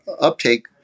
uptake